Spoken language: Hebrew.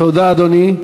תודה, אדוני.